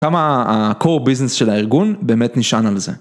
כמה ה Core Business של הארגון באמת נשען על זה.